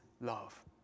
love